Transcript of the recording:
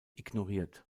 ignoriert